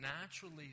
naturally